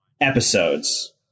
episodes